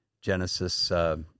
Genesis